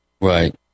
Right